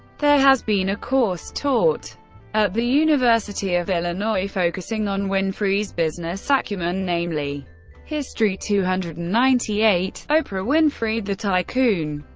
there has been a course taught at the university of illinois focussing on winfrey's business acumen, namely history two hundred and ninety eight oprah winfrey, the tycoon.